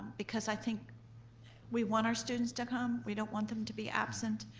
because i think we want our students to come. we don't want them to be absent,